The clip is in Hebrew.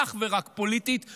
אך ורק פוליטית וכוחנית.